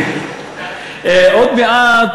עוד מעט,